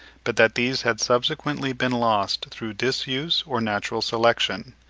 but that these had subsequently been lost through disuse or natural selection.